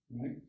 Right